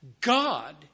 God